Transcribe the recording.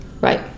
Right